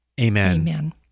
Amen